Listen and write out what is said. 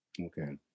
Okay